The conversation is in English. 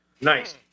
Nice